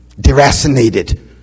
deracinated